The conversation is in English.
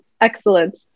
Excellent